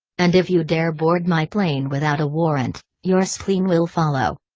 and if you dare board my plane without a warrant, your spleen will follow.